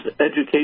education